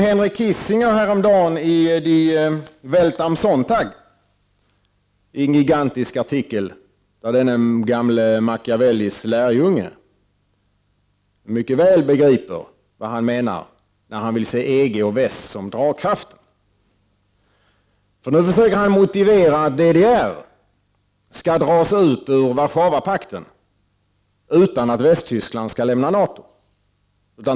Henry Kissinger hade häromdagen en gigantisk artikel i Welt am Sonntag. Denne gamle lärjunge till Machiavelli begriper mycket väl vad han menar när han vill se EG och väst som drivkrafter. Nu försöker han motivera att DDR skall dras ut ur Warszawapakten utan att Västtyskland skall lämna NATO.